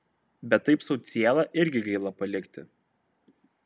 bet taip sau cielą irgi gaila palikti